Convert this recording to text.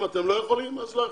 אם אתם לא יכולים, אז לא יכולים.